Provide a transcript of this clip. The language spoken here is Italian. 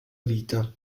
vita